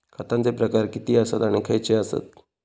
खतांचे प्रकार किती आसत आणि खैचे आसत?